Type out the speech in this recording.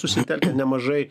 susitelkę nemažai